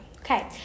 Okay